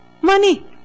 money